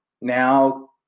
now